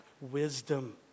wisdom